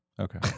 Okay